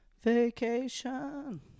Vacation